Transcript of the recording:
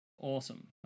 Awesome